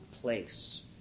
place